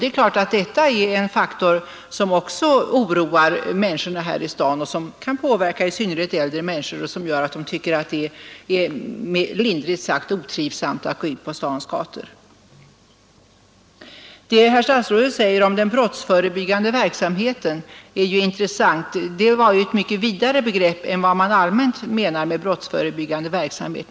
Detta är en faktor som också oroar människorna här i staden och som kan göra att i synnerhet äldre människor tycker det är lindrigt sagt otrivsamt att gå ut på stadens gator. Det herr statsrådet sade om den brottsförebyggande verksamheten är intressant. Det var ju ett mycket vidare begrepp än vad man allmänt menar med brottsförebyggande verksamhet.